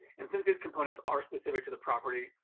and since these components are specific to the property,